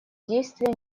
действия